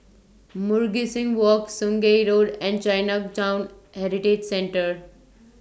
Mugliston Walk Sungei Road and Chinatown Heritage Centre